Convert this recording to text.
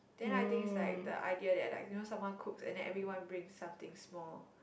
then I think is like the idea that like you know someone cooks and then everyone bring something small